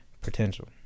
potential